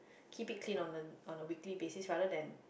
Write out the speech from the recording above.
keep it clean on a on a weekly basic rather than